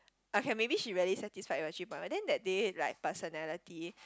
okay maybe she really satisfied her three point one then that day like personality